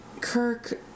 Kirk